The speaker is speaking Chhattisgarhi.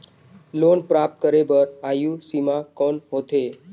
लोन प्राप्त करे बर आयु सीमा कौन होथे?